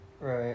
Right